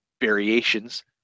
variations